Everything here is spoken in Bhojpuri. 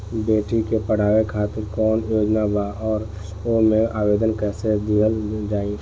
बेटी के पढ़ावें खातिर कौन योजना बा और ओ मे आवेदन कैसे दिहल जायी?